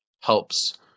helps